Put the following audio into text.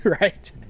right